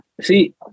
See